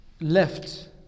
Left